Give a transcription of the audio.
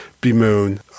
bemoan